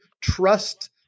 trust